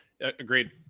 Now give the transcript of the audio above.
Agreed